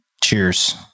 Cheers